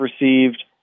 received